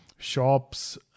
shops